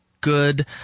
good